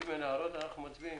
אם אין הערות, אנחנו מצביעים.